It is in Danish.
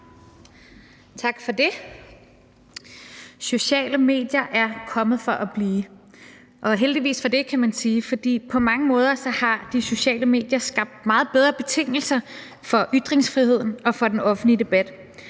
Tak for det. Sociale medier er kommet for at blive og heldigvis for det, kan man sige, for på mange måder har de sociale medier skabt meget bedre betingelser for ytringsfriheden og for den offentlige debat.